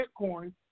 Bitcoin